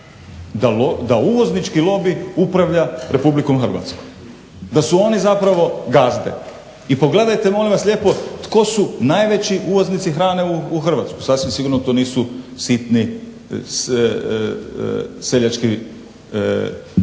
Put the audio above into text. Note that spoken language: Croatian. da uvoznički lobi upravlja Republikom Hrvatskom, da su oni zapravo gazde. I pogledajte molim vas lijepo tko su najveći uvoznici hrane u Hrvatsku, sasvim sigurno to nisu sitni seljački